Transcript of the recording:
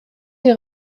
des